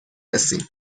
رسیم